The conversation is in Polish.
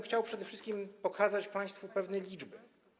Chciałbym przede wszystkim pokazać państwu pewne liczby.